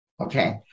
Okay